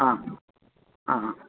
हां हां हां